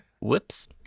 Whoops